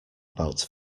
about